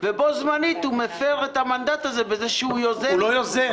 ובו-זמנית הוא מפר את המנדט הזה בכך שהוא יוזם --- הוא לא יוזם.